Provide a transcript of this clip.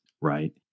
right